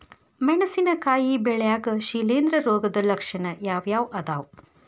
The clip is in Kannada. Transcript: ಮೆಣಸಿನಕಾಯಿ ಬೆಳ್ಯಾಗ್ ಶಿಲೇಂಧ್ರ ರೋಗದ ಲಕ್ಷಣ ಯಾವ್ಯಾವ್ ಅದಾವ್?